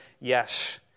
Yes